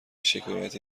شکایتی